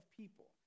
people